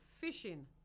fishing